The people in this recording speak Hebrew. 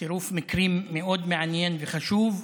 צירוף מקרים מאוד מעניין וחשוב,